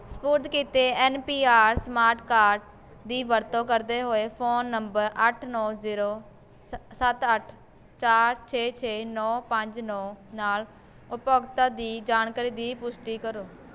ਸਪੁਰਦ ਕੀਤੇ N P R smart card ਦੀ ਵਰਤੋਂ ਕਰਦੇ ਹੋਏ ਫ਼ੋਨ ਨੰਬਰ ਅੱਠ ਨੌ ਜੀਰੋ ਸੱਤ ਅੱਠ ਚਾਰ ਛੇ ਛੋ ਨੌ ਪੰਜ ਨੌ ਨਾਲ ਉਪਭੋਗਤਾ ਦੀ ਜਾਣਕਾਰੀ ਦੀ ਪੁਸ਼ਟੀ ਕਰੋ